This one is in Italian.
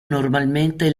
normalmente